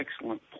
excellent